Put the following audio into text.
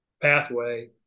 pathway